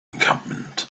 encampment